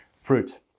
fruit